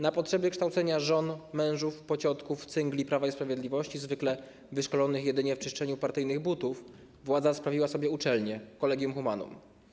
Na potrzeby kształcenia żon, mężów, pociotków, cyngli Prawa i Sprawiedliwości, zwykle wyszkolonych jedynie w czyszczeniu partyjnych butów, władza sprawiła sobie uczelnię - Collegium Humanum.